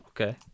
Okay